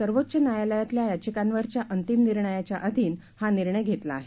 सर्वोच्चन्यायालयातल्यायाचिकांवरच्याअंतिमनिर्णयाच्याअधीनहानिर्णयघेतलाआहे